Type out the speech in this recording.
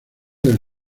del